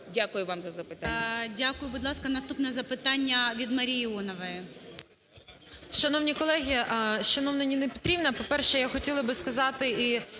Дякую вам за запитання. ГОЛОВУЮЧИЙ. Дякую. Будь ласка, наступне запитання від Марії Іонової.